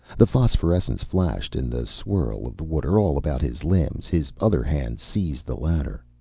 the phosphorescence flashed in the swirl of the water all about his limbs, his other hand seized the ladder.